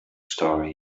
story